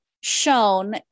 shown